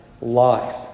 life